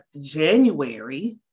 January